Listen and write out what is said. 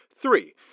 Three